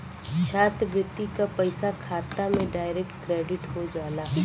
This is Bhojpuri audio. छात्रवृत्ति क पइसा खाता में डायरेक्ट क्रेडिट हो जाला